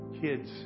kids